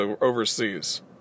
overseas